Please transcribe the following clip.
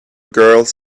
girls